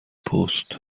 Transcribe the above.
پست